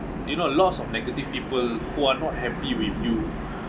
you know lots of negative people who are not happy with you